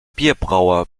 bierbrauer